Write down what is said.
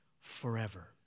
forever